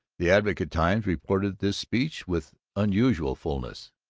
the advocate-times reported this speech with unusual fullness